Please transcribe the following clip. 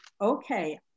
Okay